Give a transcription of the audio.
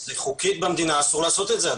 חוקית במדינה עדיין אסור לעשות את זה.